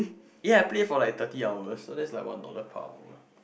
ya I play for like thirty hours so that's like one dollar per hour